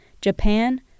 Japan